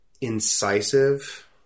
incisive